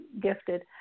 gifted